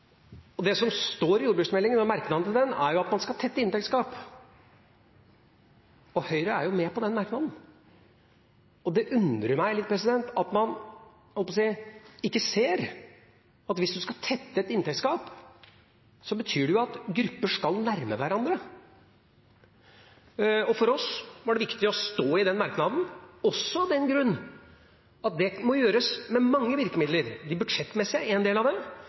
Det som står i merknadene til jordbruksmeldingen, er at man skal tette inntektsgap, og Høyre er med på den merknaden. Det undrer meg litt at man, jeg holdt på å si, ikke ser at hvis man skal tette et inntektsgap, betyr det at grupper skal nærme seg hverandre, og for oss var det viktig å stå i den merknaden også av den grunn at det må gjøres med mange virkemidler. Det budsjettmessige er en del av det,